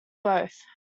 both